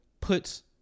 puts